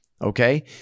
Okay